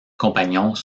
compagnons